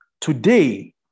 today